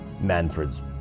Manfred's